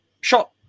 shot